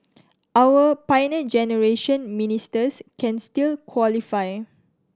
our Pioneer Generation Ministers can still qualify